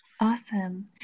Awesome